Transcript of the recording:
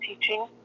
teaching